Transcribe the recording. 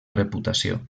reputació